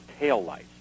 taillights